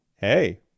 Hey